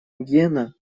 гена